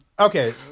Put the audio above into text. Okay